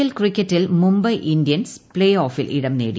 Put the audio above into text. L ക്രിക്കറ്റിൽ Mumbai Indians പ്നേ ഓഫിൽ ഇടം നേടി